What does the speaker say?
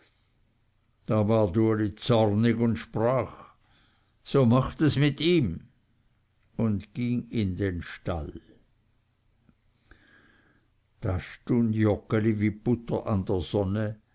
da ward uli zornig und sprach so macht es mit ihm und ging in den stall da stund joggeli wie butter an der sonne